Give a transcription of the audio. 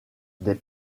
des